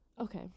Okay